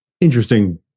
interesting